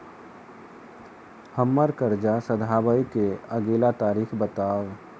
हम्मर कर्जा सधाबई केँ अगिला तारीख बताऊ?